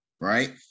Right